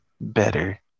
better